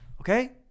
Okay